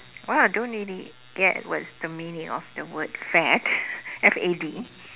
oh I don't really get what is the meaning of the word fad F A D